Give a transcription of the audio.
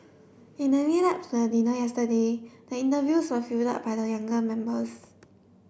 in the lead up to the dinner yesterday the interviews were fielded by the younger members